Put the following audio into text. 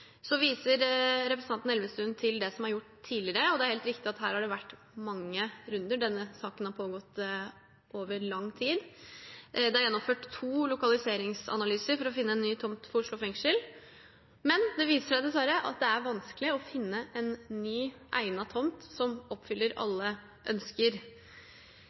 Så viser representanten Elvestuen til det som er gjort tidligere, og det er helt riktig at her har det vært mange runder. Denne saken har pågått over lang tid. Det er gjennomført to lokaliseringsanalyser for å finne en ny tomt for Oslo fengsel, men det viser seg dessverre at det er vanskelig å finne en ny egnet tomt som oppfyller alle ønsker.